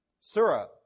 Surah